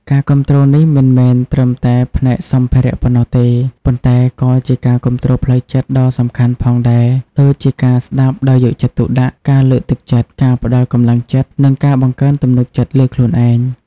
ការគាំទ្រនេះមិនមែនត្រឹមតែផ្នែកសម្ភារៈប៉ុណ្ណោះទេ ប៉ុន្តែក៏ជា ការគាំទ្រផ្លូវចិត្ត ដ៏សំខាន់ផងដែរ ដូចជាការស្ដាប់ដោយយកចិត្តទុកដាក់ ការលើកទឹកចិត្ត ការផ្ដល់កម្លាំងចិត្ត និងការបង្កើនទំនុកចិត្តលើខ្លួនឯង។